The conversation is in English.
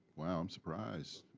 wow, i'm surprised.